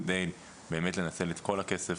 כדי באמת לנצל את כל הכסף